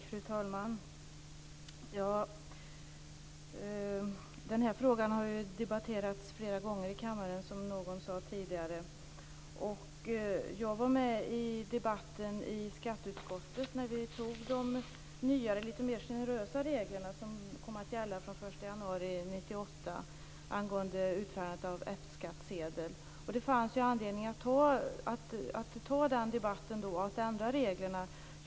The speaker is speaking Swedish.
Fru talman! Den här frågan har debatterats flera gånger i kammaren, som någon sade tidigare. Jag var med i debatten i skatteutskottet när vi antog de nya lite mer generösa regler som kom att gälla från den 1 Det fanns anledning att då ta den debatten och ändra reglerna.